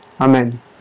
amen